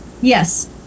Yes